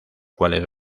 cuales